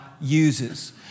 uses